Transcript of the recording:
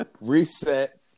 reset